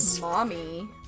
mommy